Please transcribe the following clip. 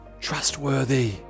trustworthy